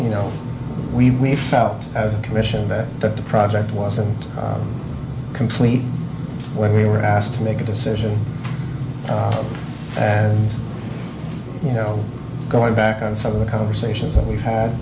you know we felt as a commission that that the project wasn't complete when we were asked to make a decision and you know going back on some of the conversations that we've